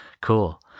cool